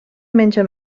menja